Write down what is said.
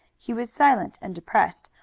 he was silent and depressed,